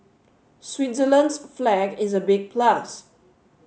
Switzerland's flag is a big plus